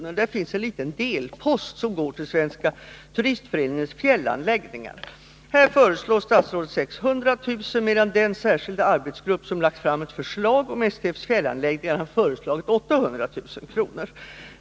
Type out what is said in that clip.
I det anslaget finns en liten delpost som går till Svenska turistföreningens fjällanläggningar. Här föreslår statsrådet 600 000 kr., medan den särskilda arbetsgrupp som lagt fram ett förslag om STF:s fjällanläggningar har föreslagit 800 000 kr.